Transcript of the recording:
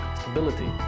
stability